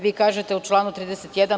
Vi kažete u članu 31.